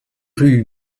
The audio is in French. rue